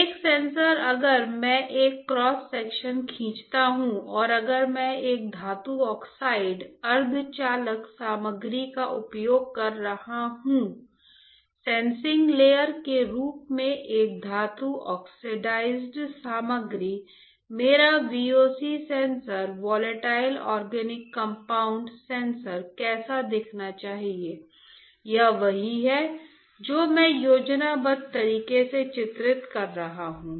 एक सेंसर अगर मैं एक क्रॉस सेक्शन खींचता हूं और अगर मैं धातु ऑक्साइड अर्धचालक सामग्री का उपयोग कर रहा हूं सेंसिंग लेयर के रूप में एक धातु ऑक्साइड सामग्री मेरा VOC sensor volatile organic compound sensor कैसा दिखना चाहिए यह वही है जो मैं योजनाबद्ध तरीके से चित्रित कर रहा हूं